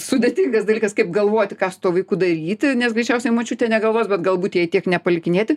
sudėtingas dalykas kaip galvoti ką su tuo vaiku daryti nes greičiausiai močiutė negalvos bet galbūt jai tiek nepalikinėti